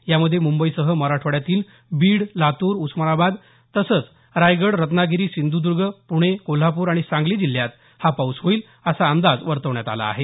यामध्ये मुंबईसह मराठवाड्यातील बीड लातूर उस्मानाबाद तसंच रायगड रत्नागिरी सिंधुदुर्ग पुणे कोल्हापूर आणि सांगली जिल्ह्यात हा पाऊस होईल असा अंदाज वर्तवण्यात आला आहे